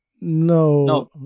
No